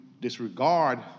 disregard